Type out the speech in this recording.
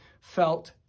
felt